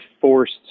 forced